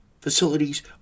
facilities